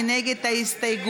מי נגד ההסתייגות?